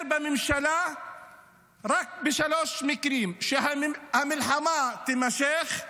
בממשלה רק בשלושה מקרים: שהמלחמה תימשך,